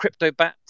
CryptoBats